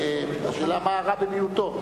והשאלה מה הרע במיעוטו.